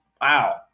Wow